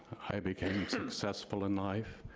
i became successful in life,